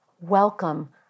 welcome